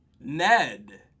ned